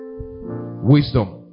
Wisdom